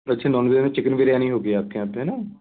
अच्छा नॉनवेज में चिकेन बिरयानी हो गई आपके यहाँ पे है ना